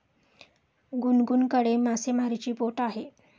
गुनगुनकडे मासेमारीची बोट आहे